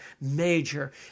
major